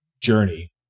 journey